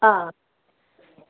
ఆ